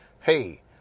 hey